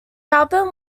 album